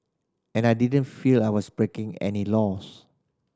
and I didn't feel I was breaking any laws